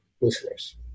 listeners